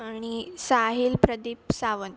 आणि साहिल प्रदीप सावन